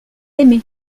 aimé